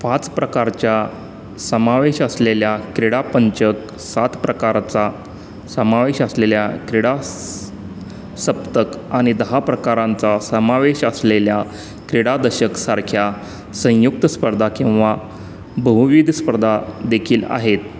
पाच प्रकारच्या समावेश असलेल्या क्रीडापंचक सात प्रकाराचा समावेश असलेल्या क्रीडा सप्तक आणि दहा प्रकारांचा समावेश असलेल्या क्रीडादशकसारख्या संयुक्त स्पर्धा किंवा बहुविध स्पर्धा देखील आहेत